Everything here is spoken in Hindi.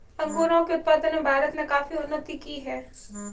अंगूरों के उत्पादन में भारत ने काफी उन्नति की है